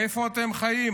איפה אתם חיים?